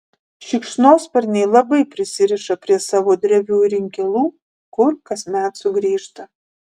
šikšnosparniai labai prisiriša prie savo drevių ir inkilų kur kasmet sugrįžta